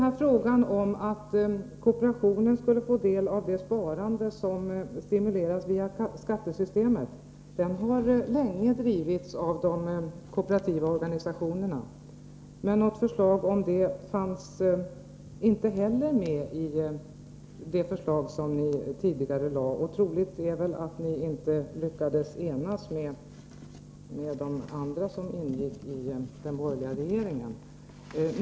Kravet att kooperationen skulle få del av det sparande som stimuleras via skattesystemet har länge drivits av de kooperativa organisationerna, men något förslag om det fanns inte med i den proposition som ni tidigare lade fram. Det är väl troligt att ni inte lyckades enas med de andra partier som ingick i den borgerliga regeringen.